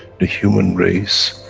the human race,